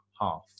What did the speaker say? half